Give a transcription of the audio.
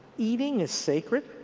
eating is sacred.